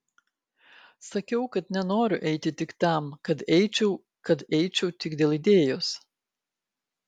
sakiau kad nenoriu eiti tik tam kad eičiau kad eičiau tik dėl idėjos